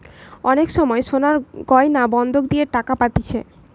অনেক সময় সোনার গয়না বন্ধক দিয়ে টাকা পাতিছে